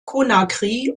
conakry